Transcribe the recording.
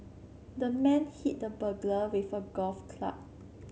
the man hit the burglar with a golf club